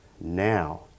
now